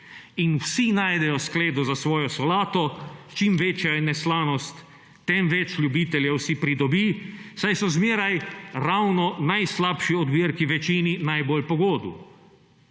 In vsi najdejo skledo za svojo solato; čim večja je neslanost, tem več ljubiteljev si pridobi, saj so zmeraj ravno najslabši odmerki večini najbolj po godu.